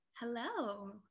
Hello